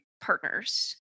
partners